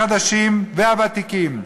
החדשים והוותיקים,